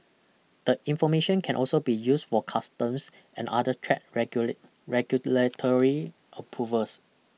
the information can also be used for customs and other trade regulate regulatory approvals